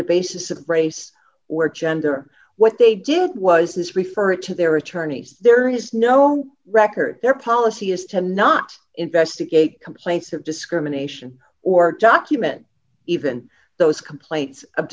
the basis of race or gender what they did was this refer it to their attorneys there is no record their policy is to not investigate complaints of discrimination or document even those complaints of